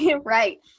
Right